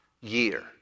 year